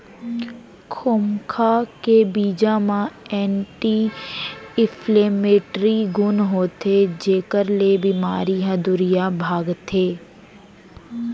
खोखमा के बीजा म एंटी इंफ्लेमेटरी गुन होथे जेकर ले बेमारी ह दुरिहा भागथे